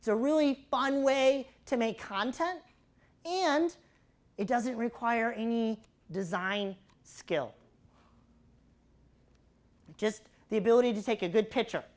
it's a really fun way to make content and it doesn't require any design skill just the ability to take a good pi